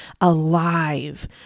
alive